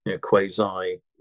quasi